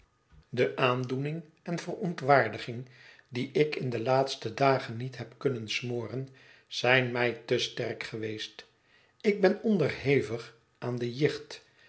de aandoening en verontwaardiging die ik in de laatste dagen niet heb kunnen smoren zijn mij te sterk geweest ik ben onderhevig aan de